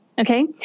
Okay